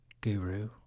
guru